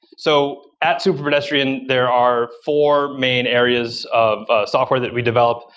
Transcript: so at superpedestrian, there are four main areas of software that we develop.